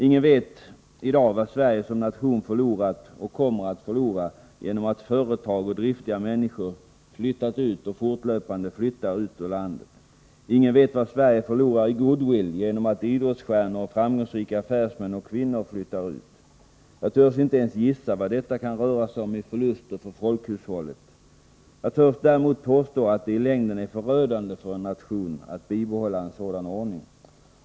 Ingen vet i dag vad Sverige som nation förlorat och kommer att förlora genom att företag och driftiga människor flyttat och flyttar ur landet. Ingen vet vad Sverige förlorar i goodwill genom att idrottsstjärnor och framgångsrika affärsmän och kvinnor flyttar ut. Jag törs inte ens gissa vad detta kan röra sig om i förluster för folkhushållet. Jag törs däremot påstå att det i längden är förödande för en nation att bibehålla en sådan ordning.